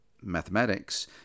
mathematics